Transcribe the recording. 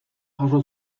jaso